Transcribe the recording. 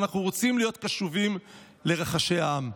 אנחנו רוצים להיות קשובים לרחשי העם.